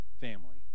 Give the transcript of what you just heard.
family